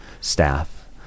staff